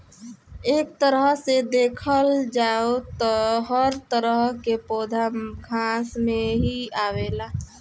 एक तरह से देखल जाव त हर तरह के पौधा घास में ही आवेला